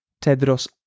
Tedros